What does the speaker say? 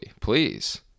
please